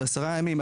זה עשרה ימים.